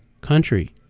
country